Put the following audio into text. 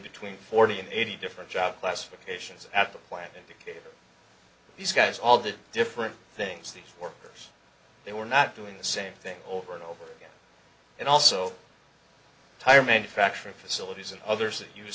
between forty and eighty different job classifications at that point indicate that these guys all did different things these workers they were not doing the same thing over and over again in also tire manufacturing facilities and others that you